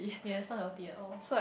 ya it's not healthy at all